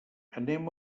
anem